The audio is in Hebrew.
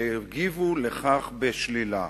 שהגיבו לכך בשלילה.